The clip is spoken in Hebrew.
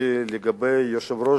לגבי יושב-ראש